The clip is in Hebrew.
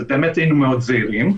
אז באמת היינו מאוד זהירים.